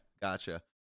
gotcha